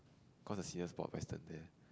cause the seniors bought western there